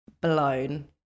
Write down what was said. blown